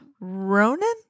Ronan